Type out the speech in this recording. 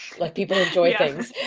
let people enjoy things.